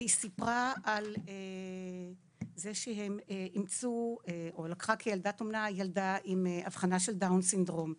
והיא סיפרה על זה שהיא לקחה כילדת אומנה ילדה עם אבחנה של סינדרום דאון.